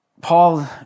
Paul